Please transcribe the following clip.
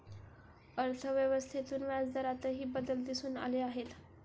अर्थव्यवस्थेतून व्याजदरातही बदल दिसून आले आहेत